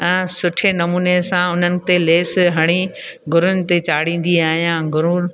सुठे नमूने सां उन्हनि ते लेस हणी गुरुनि ते चाढ़ींदी आहियां गुरुनि